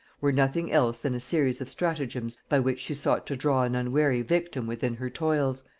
were nothing else than a series of stratagems by which she sought to draw an unwary victim within her toils,